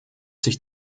sich